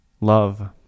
love